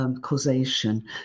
causation